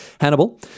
Hannibal